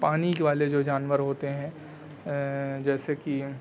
پانی والے جو جانور ہوتے ہیں جیسے کہ